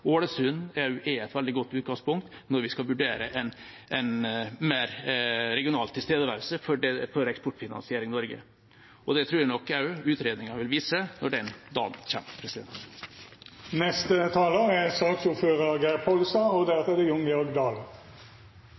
Ålesund er et veldig godt utgangspunkt når vi skal vurdere en mer regional tilstedeværelse for Eksportfinansiering Norge. Det tror jeg nok utredningen også vil vise, når den dag kommer. Av dei mindre viktige tinga i dette med at ein har slått saman Eksportkreditt og GIEK og danna Eksportfinansiering Noreg, er